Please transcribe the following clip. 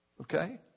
okay